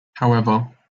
however